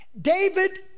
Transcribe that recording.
David